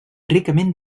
ricament